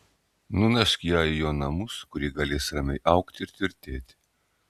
nunešk ją į jo namus kur ji galės ramiai augti ir tvirtėti